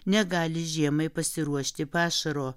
negali žiemai pasiruošti pašaro